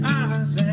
eyes